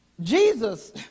Jesus